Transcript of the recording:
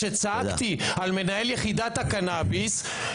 כשצעקתי על מנהל יחידת הקנביס,